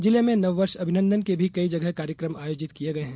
जिले में नववर्ष अभिनंदन के भी कई जगह कार्यक्रम आयोजित किये गये हैं